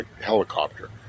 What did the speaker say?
helicopter